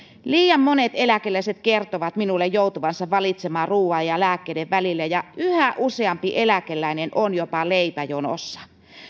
liian monet eläkeläiset kertovat minulle joutuvansa valitsemaan ruuan ja ja lääkkeiden välillä ja yhä useampi eläkeläinen on jopa leipäjonossa